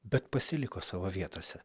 bet pasiliko savo vietose